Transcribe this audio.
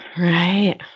Right